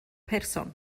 person